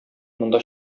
монда